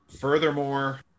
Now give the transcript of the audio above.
Furthermore